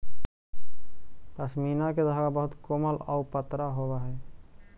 पशमीना के धागा बहुत कोमल आउ पतरा होवऽ हइ